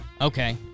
Okay